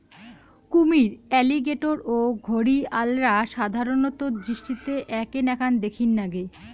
কুমীর, অ্যালিগেটর ও ঘরিয়ালরা সাধারণত দৃষ্টিতে এ্যাকে নাকান দ্যাখির নাগে